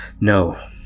no